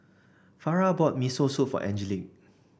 Farrah bought Miso Soup for Angelique